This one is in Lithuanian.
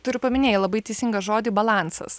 tu ir paminėjai labai teisingą žodį balansas